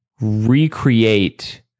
recreate